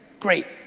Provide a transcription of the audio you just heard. great,